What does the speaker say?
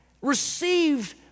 received